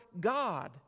God